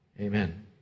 Amen